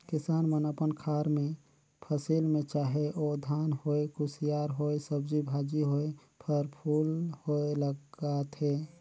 किसान मन अपन खार मे फसिल में चाहे ओ धान होए, कुसियार होए, सब्जी भाजी होए, फर फूल होए लगाथे